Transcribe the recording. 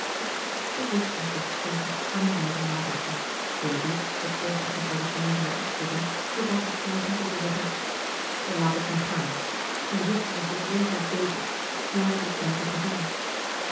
er volgde een korte stilte waarin beiden nadachten willoughby het eerst uit zijn overpeinzingen opschrikkend verbrak het zwijgen door te zeggen laat ik nu gaan uwe zuster is dus werkelijk beter werkelijk buiten gevaar